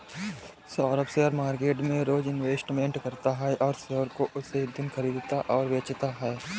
Saurabh share market में रोज investment करता है और शेयर को उसी दिन खरीदता और बेचता है